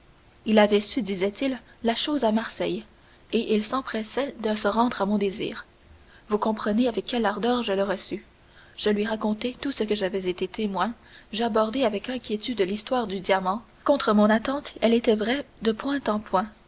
il avait su disait-il la chose à marseille et il s'empressait de se rendre à mon désir vous comprenez avec quelle ardeur je le reçus je lui racontai tout ce dont j'avais été témoin j'abordai avec inquiétude l'histoire du diamant contre mon attente elle était vraie de point en point